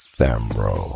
Thamro